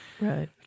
Right